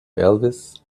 elvis